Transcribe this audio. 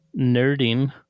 nerding